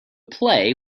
play